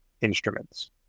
instruments